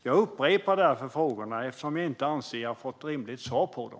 Jag upprepar mina frågor eftersom jag anser att jag inte har fått ett rimligt svar på dem.